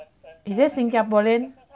is it singaporean